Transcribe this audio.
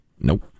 Nope